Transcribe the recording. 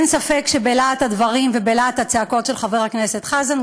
אין ספק שבלהט הדברים ובלהט הצעקות של חבר הכנסת חזן,